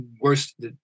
worst